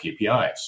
KPIs